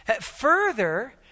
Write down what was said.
Further